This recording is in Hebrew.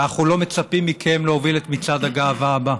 ואנחנו לא מצפים מכם להוביל את מצעד הגאווה הבא.